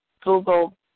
Google